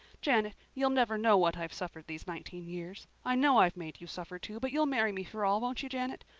janet, you'll never know what i've suffered these nineteen years. i know i've made you suffer, too, but you'll marry me for all, won't you, janet?